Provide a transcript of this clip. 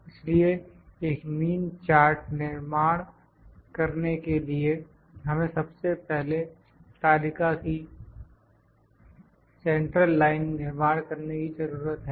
इसलिए एक mean chart निर्माण करने के लिए हमें सबसे पहले तालिका की सेंट्रल लाइन निर्माण करने की जरूरत है